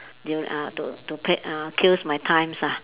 they will uh to to p~ uh kills my times ah